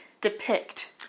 depict